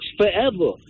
forever